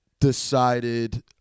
decided